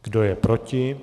Kdo je proti?